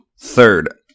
Third